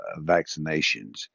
vaccinations